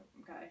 okay